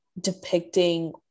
depicting